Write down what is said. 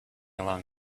along